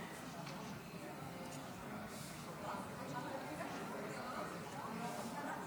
אושרה בקריאה טרומית ותעבור לדיון